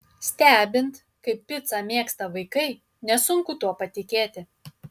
stebint kaip picą mėgsta vaikai nesunku tuo patikėti